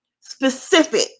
specific